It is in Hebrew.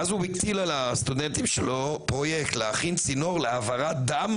ואז הוא הטיל על הסטודנטים שלו פרויקט להכין צינור להעברת דם